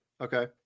Okay